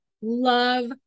love